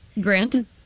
grant